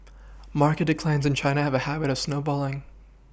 market declines in China have a habit of snowballing